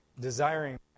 desiring